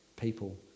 people